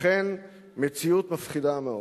אכן מציאות מפחידה מאוד.